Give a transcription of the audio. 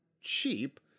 cheap